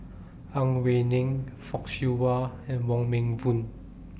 Ang Wei Neng Fock Siew Wah and Wong Meng Voon